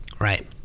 right